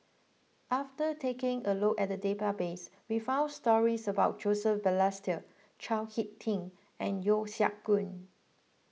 after taking a look at the database we found stories about Joseph Balestier Chao Hick Tin and Yeo Siak Goon